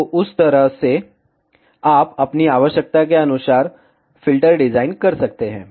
तो उस तरह से आप अपनी आवश्यकता के अनुसार फ़िल्टर डिज़ाइन कर सकते हैं